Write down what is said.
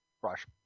brush